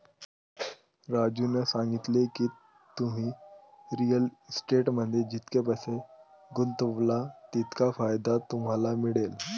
राजूने सांगितले की, तुम्ही रिअल इस्टेटमध्ये जितके पैसे गुंतवाल तितका फायदा तुम्हाला मिळेल